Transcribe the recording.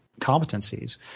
competencies